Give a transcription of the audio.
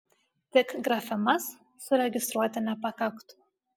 tik grafemas suregistruoti nepakaktų